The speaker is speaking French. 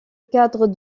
cadre